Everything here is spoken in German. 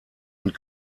und